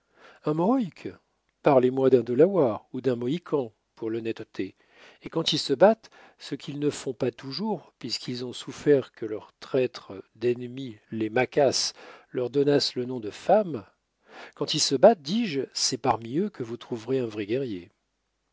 un mohawk parlez-moi d'un delaware ou d'un mohican pour l'honnêteté et quand ils se battent ce qu'ils ne font pas toujours puisqu'ils ont souffert que leurs traîtres d'ennemis les maquas leur donnassent le nom de femmes quand ils se battent dis-je c'est parmi eux que vous trouverez un vrai guerrier